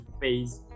face